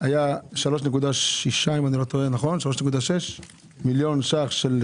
היה 3.6 מיליון שקלים,